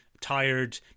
Tired